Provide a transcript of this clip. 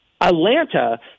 Atlanta